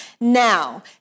Now